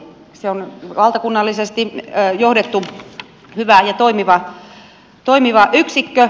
se on valtakunnallisesti johdettu hyvä ja toimiva yksikkö